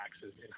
taxes